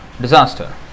disaster